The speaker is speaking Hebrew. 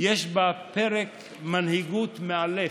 יש בה פרק מנהיגות מאלף.